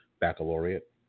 baccalaureate